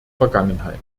vergangenheit